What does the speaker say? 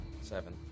Seven